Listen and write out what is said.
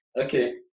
Okay